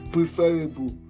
preferable